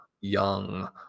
young